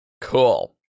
Cool